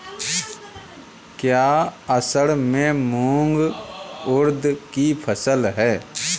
क्या असड़ में मूंग उर्द कि फसल है?